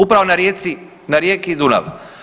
Upravo na rijeci, na rijeki Dunav.